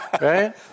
right